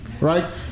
Right